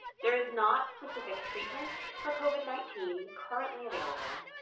there is not specific treatment for covid nineteen currently available,